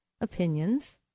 opinions